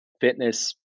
fitness